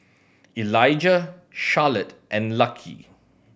Elijah Charlotte and Lucky